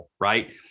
right